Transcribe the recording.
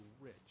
rich